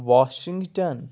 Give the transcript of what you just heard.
Washington